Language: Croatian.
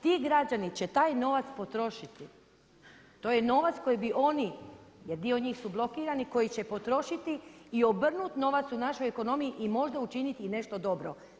Ti građani će taj novac potrošiti, to je novac koji bi oni jer dio njih su blokirani, koji će potrošiti i obrnut novac u našoj ekonomiji i možda učiniti i nešto dobro.